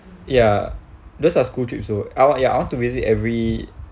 ya those are school trips though I want ya I want to visit every